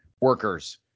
workers